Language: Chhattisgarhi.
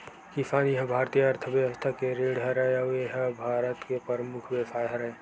किसानी ह भारतीय अर्थबेवस्था के रीढ़ हरय अउ ए ह भारत के परमुख बेवसाय हरय